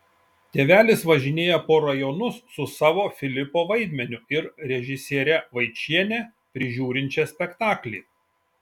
tėvelis važinėja po rajonus su savo filipo vaidmeniu ir režisiere vaičiene prižiūrinčia spektaklį